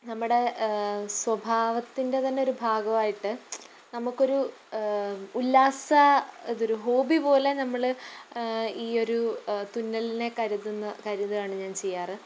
നമ്മുടെ സ്വഭാവത്തിന്റെ തന്നെയൊരു ഭാഗമായിട്ട് നമുക്കൊരു ഉല്ലാസ ഇതൊരു ഹോബി പോലെ നമ്മൾ ഈ ഒരു തുന്നലിനെ കരുതുന്ന കരുതുകയാണ് ഞാൻ ചെയ്യാറ്